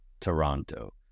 Toronto